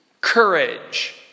courage